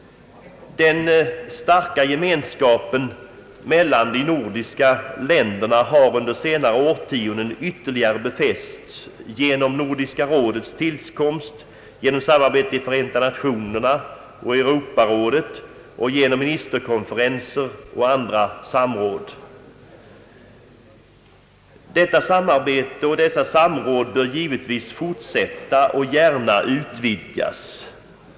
Den starka gemenskapen mellan de nordiska länderna under senare årtionden har ytterligare befästs genom Nordiska rådets tillkomst, genom samarbete i Förenta Nationerna och Europarådet samt genom ministerkonferenser och andra samråd. Detta samarbete och dessa samråd bör givetvis fortsätta och gärna utvidgas.